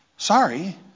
Sorry